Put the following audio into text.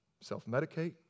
self-medicate